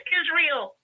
israel